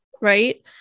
right